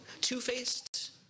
two-faced